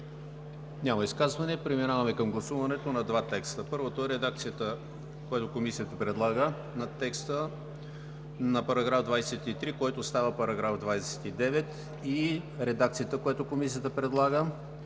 Няма изказвания. Преминаваме към гласуването на два текста. Първото е редакцията, която Комисията предлага на текста на § 23, който става § 29, и редакцията, която Комисията предлага